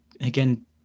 Again